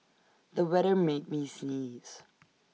the weather made me sneeze